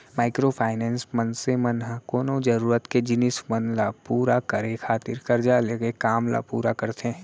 micro finance, मनसे मन ह कोनो जरुरत के जिनिस मन ल पुरा करे खातिर करजा लेके काम ल पुरा करथे